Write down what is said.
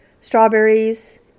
strawberries